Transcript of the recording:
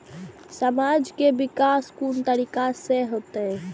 समाज के विकास कोन तरीका से होते?